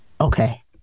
okay